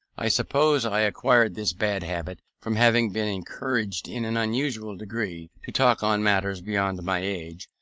i suppose i acquired this bad habit from having been encouraged in an unusual degree to talk on matters beyond my age,